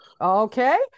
Okay